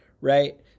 Right